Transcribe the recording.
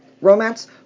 romance